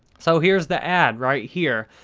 so, here's the ad right here.